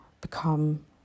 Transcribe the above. become